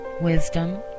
wisdom